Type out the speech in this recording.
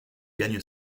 gagne